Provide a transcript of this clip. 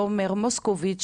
תומר מוסקוביץ',